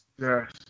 yes